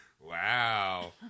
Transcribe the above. Wow